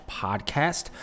podcast